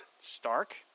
Stark